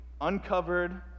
uncovered